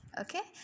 okay